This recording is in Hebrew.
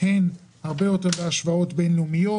שיש הרבה יותר השוואות בינלאומיות.